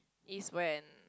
is when